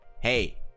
hey